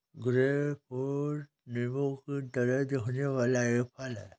grapefruit नींबू की तरह दिखने वाला एक फल है